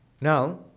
Now